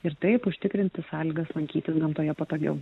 ir taip užtikrinti sąlygas lankytis gamtoje patogiau